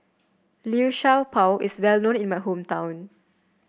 Liu Sha Bao is well known in my hometown